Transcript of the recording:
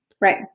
Right